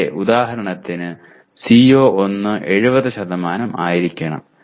ഇവിടെ ഉദാഹരണത്തിന് CO1 70ആയിരിക്കണം